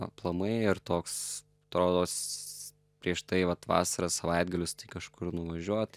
aplamai ir toks tolos prieš tai vat vasarą savaitgalius tai kažkur nuvažiuot